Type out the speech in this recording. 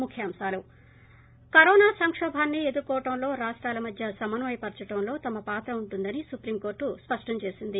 ముఖ్యంశాలు ి కరోనా సంకోభాన్ని ఎదుర్కోవడంలో రాష్టాల మధ్య సమన్వయ పరచడంలో తమ పాత్ర ఉంటుందని సుప్రీం కోర్టు స్పష్టం చేసింది